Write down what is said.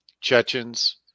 Chechens